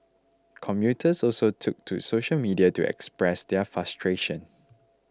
commuters also took to social media to express their frustration